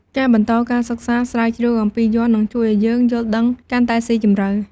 ការបន្តការសិក្សាស្រាវជ្រាវអំពីយ័ន្ត នឹងជួយឱ្យយើងយល់ដឹងកាន់តែស៊ីជម្រៅ។